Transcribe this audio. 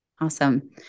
Awesome